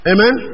Amen